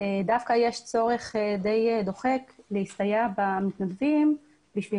דווקא יש צורך די דוחק להסתייע במתנדבים בשביל